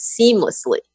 seamlessly